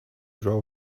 drawer